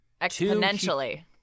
Exponentially